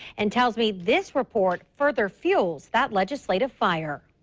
and tells me this report further fuels that legislative fire.